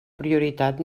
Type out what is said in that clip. prioritat